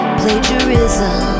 plagiarism